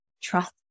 trust